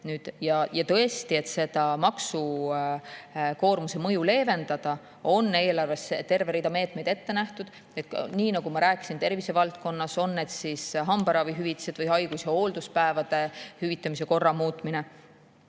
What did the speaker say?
tõesti, et seda maksukoormuse mõju leevendada, on eelarvesse terve rida meetmeid ette nähtud. Nagu ma rääkisin, siis tervisevaldkonnas on need hambaravihüvitis ning haigus- ja hoolduspäevade hüvitamise korra muutmine.